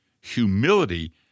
humility